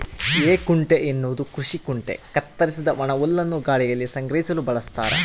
ಹೇಕುಂಟೆ ಎನ್ನುವುದು ಕೃಷಿ ಕುಂಟೆ ಕತ್ತರಿಸಿದ ಒಣಹುಲ್ಲನ್ನು ಗಾಳಿಯಲ್ಲಿ ಸಂಗ್ರಹಿಸಲು ಬಳಸ್ತಾರ